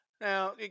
Now